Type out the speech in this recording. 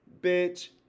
bitch